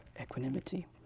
equanimity